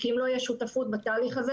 כי אם לא תהיה שותפות בתהליך הזה